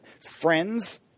friends